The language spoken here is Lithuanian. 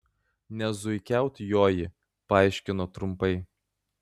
ne zuikiaut joji paaiškino trumpai